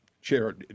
chair